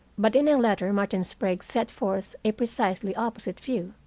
but in a letter martin sprague set forth a precisely opposite view.